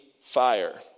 fire